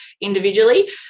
individually